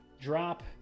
drop